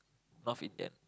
North Indian